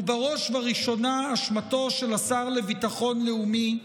הוא בראש ובראשונה אשמתו של השר לביטחון לאומי,